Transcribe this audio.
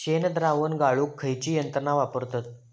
शेणद्रावण गाळूक खयची यंत्रणा वापरतत?